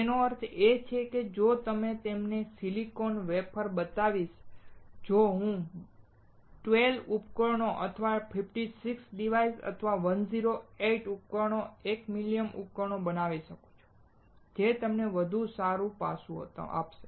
તેનો અર્થ એ છે કે જો હું તમને સિલિકોન વેફર બતાવીશ જો હું 12 ઉપકરણો અથવા 56 ડિવાઇસ અથવા 108 ઉપકરણોને એક મિલિયન ઉપકરણો બનાવી શકું જે તમને વધુ સારું પાસું આપશે